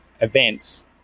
events